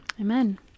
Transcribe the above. Amen